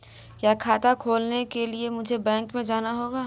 क्या खाता खोलने के लिए मुझे बैंक में जाना होगा?